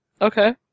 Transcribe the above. okay